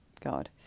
God